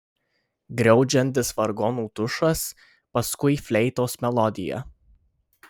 griaudžiantis vargonų tušas paskui fleitos melodija